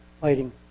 fighting